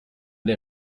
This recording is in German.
der